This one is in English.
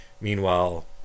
meanwhile